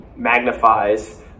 magnifies